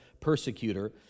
persecutor